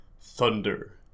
Thunder